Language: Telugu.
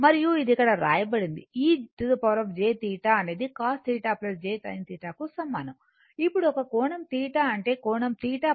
మరియు ఇది ఇక్కడ వ్రాయబడింది e jθ అనేది cos θ j sin θ కు సమానం అప్పుడు ఒక కోణం θ అంటే కోణం θ